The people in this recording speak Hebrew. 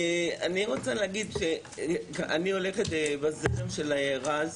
אני רוצה להגיד, שאני הולכת בשיחים של רז,